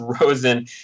Rosen